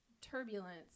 turbulence